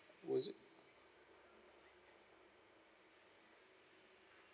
was it